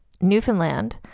Newfoundland